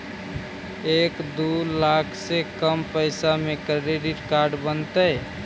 एक दू लाख से कम पैसा में क्रेडिट कार्ड बनतैय?